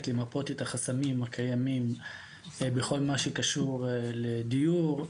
למפות את החסמים הקיים בכל מה שקשור לדיור,